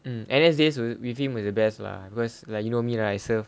mm N_S days were with him were the best lah because like you know me right I served